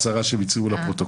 ההצהרה שהם הצהירו לפרוטוקול.